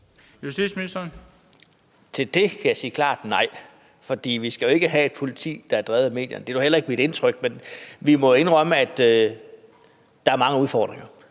Pape Poulsen): Til det kan jeg sige klart nej, for vi skal ikke have et politi, der er drevet af medierne. Det er nu heller ikke mit indtryk, men vi må indrømme, at der er mange udfordringer,